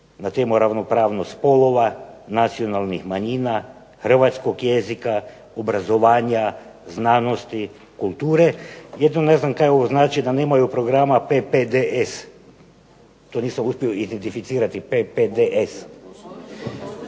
na temu ravnopravnosti spolova, nacionalnih manjina, hrvatskog jezika, obrazovanja, znanosti, kulture. Jedino ne znam šta ovo znači da nemaju programa PPDS, to nisam uspio identificirati.